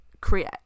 create